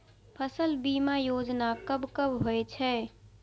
फसल बीमा योजना कब कब होय छै?